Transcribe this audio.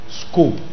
scope